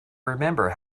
remember